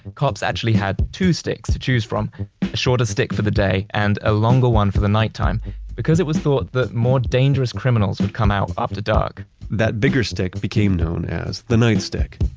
cops actually had two sticks to choose from, a shorter stick for the day and a longer one for the nighttime because it was thought that more dangerous criminals would come out after dark that bigger stick became known as the nightstick.